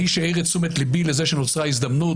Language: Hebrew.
מי שהעיר את תשומת ליבי לזה שנוצרה הזדמנות,